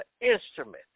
instrument